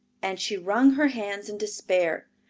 and she wrung her hands in despair.